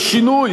יש שינוי,